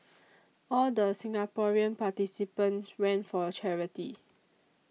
all the Singaporean participants ran for charity